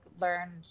learned